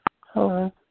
Hello